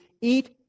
eat